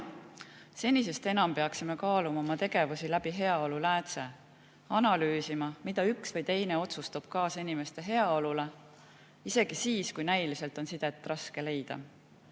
Senisest enam peaksime kaaluma oma tegevusi läbi heaolu läätse, analüüsima, mida üks või teine otsus toob kaasa inimeste heaolule, isegi siis, kui näiliselt on sidet raske leida.